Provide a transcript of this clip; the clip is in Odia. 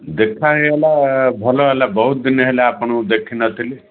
ଦେଖା ହେଇଗଲା ଭଲ ହେଲା ବହୁତ ଦିନ ହେଲା ଆପଣଙ୍କୁ ଦେଖିନଥିଲି